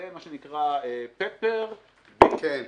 זה מה שנקרא "פפר" וכדומה.